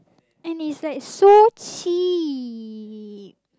and it's like so cheap